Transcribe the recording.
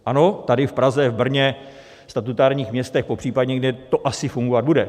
Ano, tady v Praze, v Brně, ve statutárních městech, popřípadě to asi fungovat bude.